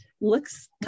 Looks